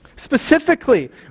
Specifically